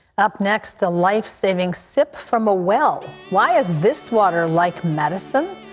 up next, a life-saving sip from a well. why is this water like medicine?